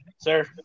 sir